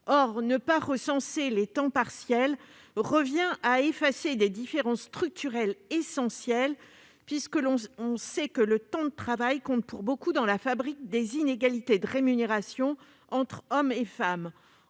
Or ne pas recenser les temps partiels revient à effacer des différences structurelles essentielles, puisque, on le sait, le temps de travail compte pour beaucoup dans la fabrique des inégalités de rémunération entre hommes et femmes.